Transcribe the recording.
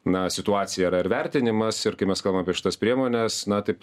na situacija ar ar vertinimas ir kai mes kalbam apie šitas priemones na taip